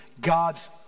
God's